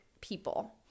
people